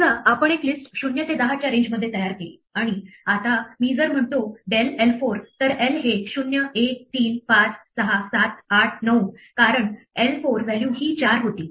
समजा आपण एक लिस्ट 0 ते 10 च्या रेंज मध्ये तयार केली आणि आता मी जर म्हणतो del l4 तर l हे 01356789 कारण l 4 व्हॅल्यू ही 4 होती